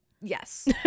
Yes